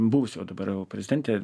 buvusi jau dabar jau prezidentė